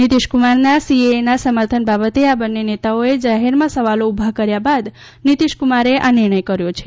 નીતીશકુમારના સીએએના સમર્થન બાબતે આ બંને નેતાઓએ જાહેરમાં સવાલો ઉભા કર્યા બાદ નીતીશકુમારે આ નિર્ણય કર્યો છે